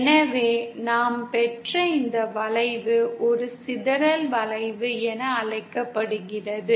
எனவே நாம் பெற்ற இந்த வளைவு ஒரு சிதறல் வளைவு என அழைக்கப்படுகிறது